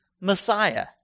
Messiah